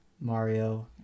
Mario